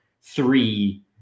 three